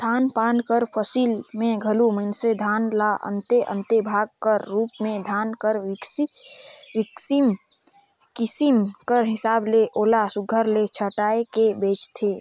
धान पान कर फसिल में घलो मइनसे धान ल अन्ते अन्ते भाग कर रूप में धान कर किसिम कर हिसाब ले ओला सुग्घर ले छांएट के बेंचथें